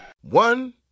One